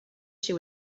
she